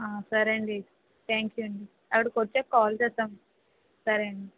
సరే అండీ thank you అండీ అక్కడకి వచ్చాక కాల్ చేస్తాము సరే అండీ